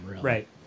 right